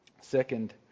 Second